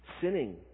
sinning